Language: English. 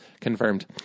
Confirmed